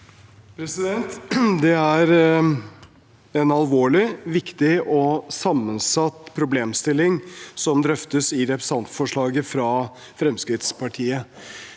Det er en alvorlig, viktig og sammensatt problemstilling som drøftes i representantforslaget fra Fremskrittspartiet.